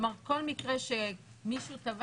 כל מקרה שמישהו טבע